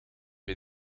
bij